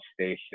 Station